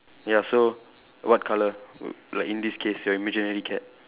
ya so what colour like in this case your imaginary cat